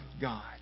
God